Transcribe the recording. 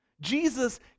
Jesus